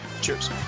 Cheers